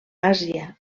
àsia